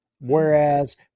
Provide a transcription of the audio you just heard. whereas